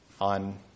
on